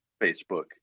Facebook